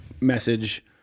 message